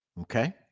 okay